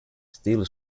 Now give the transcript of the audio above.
still